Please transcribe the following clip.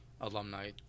alumni